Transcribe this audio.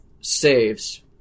saves